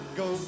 go